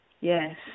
Yes